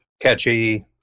catchy